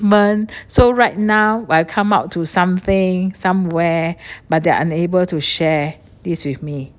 ~ment so right now when I come out to something somewhere but they are unable to share this with me